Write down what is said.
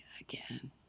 again